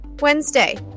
wednesday